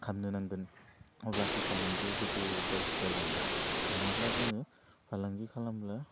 खालामनो नांगोन अब्लासो फालांगिया गोजौआव दावख्लाय लांगोन नङाब्ला जोङो फालांगि खालामब्ला